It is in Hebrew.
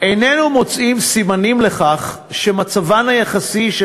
איננו מוצאים סימנים לכך שמצבן היחסי של